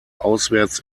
auswärts